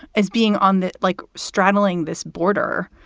as being on the like straddling this border,